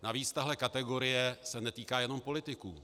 Navíc tahle kategorie se netýká jenom politiků.